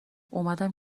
اومدم